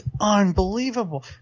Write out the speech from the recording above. unbelievable